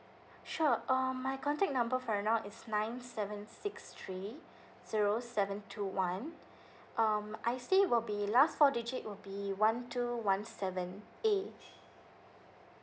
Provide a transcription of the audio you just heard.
sure um my contact number for now is nine seven six three zero seven two one um I_C will be last four digit will be one two one seven A